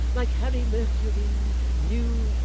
like harry mercury, new